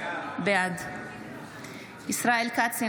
בעד ישראל כץ,